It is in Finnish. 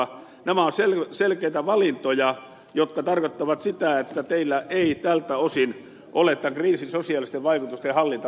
nämä ovat selkeitä valintoja jotka tarkoittavat sitä että teillä ei tältä osin ole tämän kriisin sosiaalisten vaikutusten hallinta mielessä